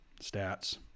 stats